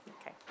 Okay